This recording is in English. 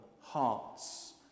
hearts